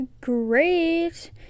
great